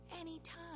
anytime